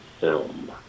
film